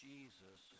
Jesus